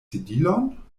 sedilon